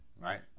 right